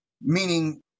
meaning